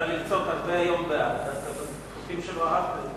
הנושא לוועדת הכספים נתקבלה.